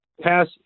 pass